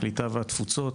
הקליטה והתפוצות.